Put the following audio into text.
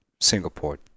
Singapore